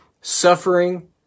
suffering